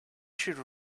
should